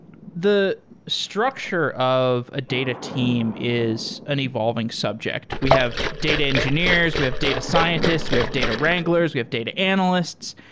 the structure of a data team is an evolving subject. we have data engineers. we have data scientists. we have data wranglers. we have data analysts.